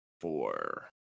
four